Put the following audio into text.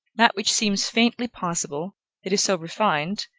that which seems faintly possible it is so refined,